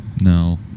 No